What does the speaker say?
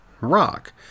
rock